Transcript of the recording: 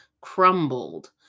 crumbled